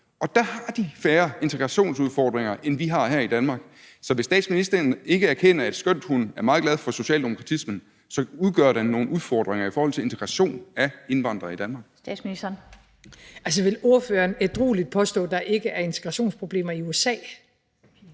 de. Der har de færre integrationsudfordringer, end vi har her i Danmark. Så vil statsministeren ikke erkende, at skønt hun er meget glad for socialdemokratismen, udgør den nogle udfordringer i forhold til integration af indvandrere i Danmark? Kl. 14:26 Den fg. formand (Annette Lind): Statsministeren. Kl.